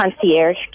Concierge